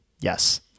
Yes